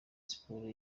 sports